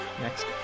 next